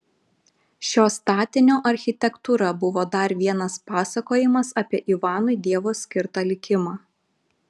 šio statinio architektūra buvo dar vienas pasakojimas apie ivanui dievo skirtą likimą